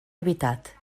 habitat